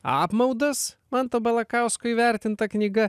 apmaudas manto balakausko įvertinta knyga